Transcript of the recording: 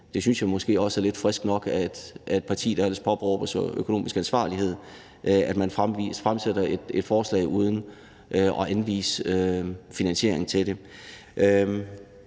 jeg synes måske også, at det er lige frisk nok af et parti, der ellers påberåber sig økonomisk ansvarlighed, at man fremsætter et forslag uden at anvise finansiering til det.